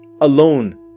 alone